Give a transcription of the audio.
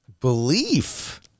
Belief